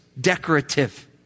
decorative